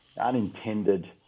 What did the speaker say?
unintended